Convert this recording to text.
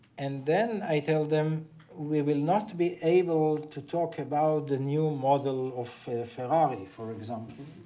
and then i tell them we will not be able to talk about the new model of ferrari, for example.